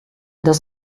das